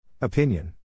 Opinion